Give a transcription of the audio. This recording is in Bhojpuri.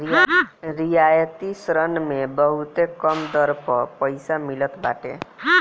रियायती ऋण मे बहुते कम दर पअ पईसा मिलत बाटे